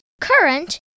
current